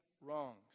wrongs